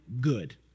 good